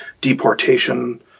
deportation